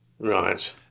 Right